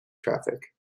traffic